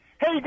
Hey